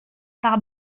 par